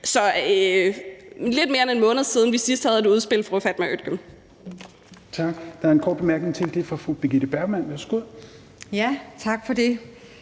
er lidt mere end en måned siden, vi sidst havde et udspil, fru Fatma Øktem.